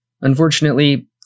Unfortunately